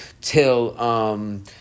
till